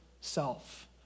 self